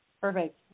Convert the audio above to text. Perfect